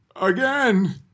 again